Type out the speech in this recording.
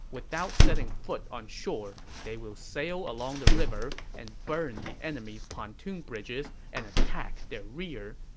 without setting foot on shore, they will sail along the river and burn the enemy's pontoon bridges and attack their rear.